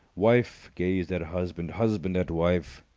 wife gazed at husband, husband at wife.